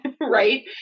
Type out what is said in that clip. right